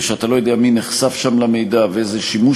שאתה לא יודע מי נחשף שם למידע ואיזה שימוש